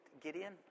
Gideon